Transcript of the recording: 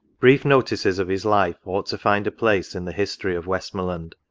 brief notices of his life ought to find a place in the history of westmorland.